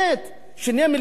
2 מיליארד שקל,